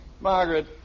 Margaret